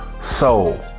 Soul